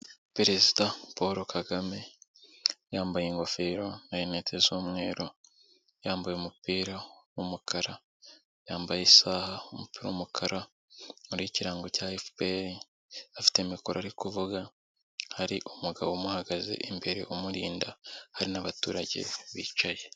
Perezida Paul Kagame yambaye ingofero na rinete z'umweru, yambaye umupira w'umukara, yambaye isaha, umupira w'umukara hariho ikirango cya FPR, afite mikoro ari kuvuga, hari umugabo umuhagaze imbere umurinda, hari n'abaturage bicaye.